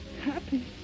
Happy